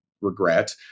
regret